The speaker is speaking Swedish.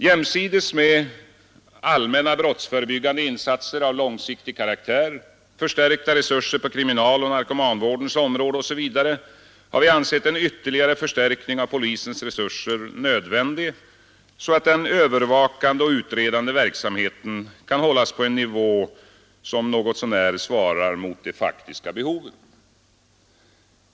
Jämsides med allmänna brottsförebyggande insatser av långsiktig karaktär, förstärkta resurser på kriminaloch narkomanvårdens områden osv., har vi ansett en ytterligare förstärkning av polisens resurser nödvändig, så att den övervakande och utredande verksamheten kan hållas på en nivå som svarar mot de faktiska behoven.